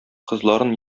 кызларын